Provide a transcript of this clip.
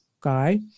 guy